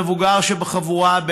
המבוגר שבחבורה,